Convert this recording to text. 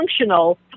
functional